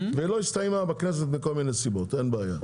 ולא הסתיימה בכנסת מכל מיני סיבות, אין בעיה.